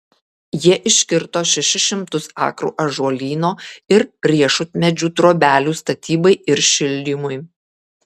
jie iškirto šešis šimtus akrų ąžuolyno ir riešutmedžių trobelių statybai ir šildymui